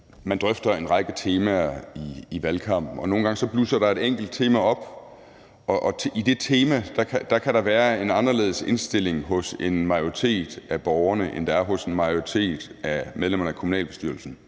man drøfter en række temaer i valgkampen, og nogle gange blusser der et enkelt tema op, og med hensyn til det tema kan der være en anderledes indstilling hos en majoritet af borgerne, end der er hos en majoritet af medlemmerne af kommunalbestyrelsen.